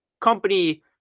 company